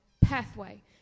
pathway